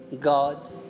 God